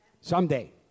someday